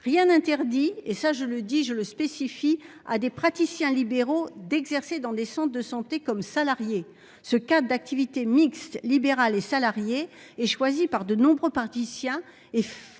Rien n'interdit et ça je le dis, je le spécifie à des praticiens libéraux d'exercer dans des champs de santé comme salariés. Ce cas d'activité mixte libéral et salariés et choisi par de nombreux partis sien et